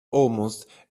almost